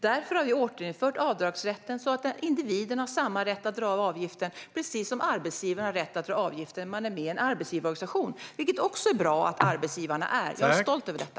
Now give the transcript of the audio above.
Därför har vi återinfört avdragsrätten så att individen har samma rätt att dra av avgiften, precis som arbetsgivaren har rätt att dra av avgiften när man är med i en arbetsgivarorganisation - vilket också är bra att arbetsgivarna är. Jag är stolt över detta!